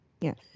Yes